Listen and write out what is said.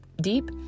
deep